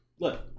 look